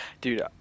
dude